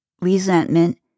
resentment